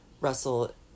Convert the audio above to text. Russell